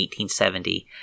1870